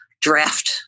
draft